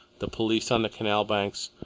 the police on the canal banks,